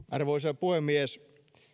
arvoisa puhemies